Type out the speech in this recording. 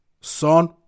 Son